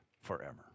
forever